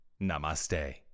Namaste